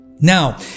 Now